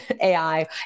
AI